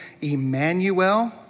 Emmanuel